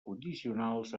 condicionals